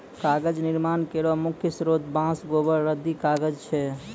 कागज निर्माण केरो मुख्य स्रोत बांस, गोबर, रद्दी कागज छै